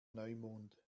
neumond